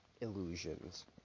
illusions